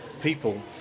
people